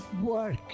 Work